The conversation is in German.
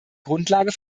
grundlage